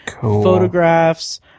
photographs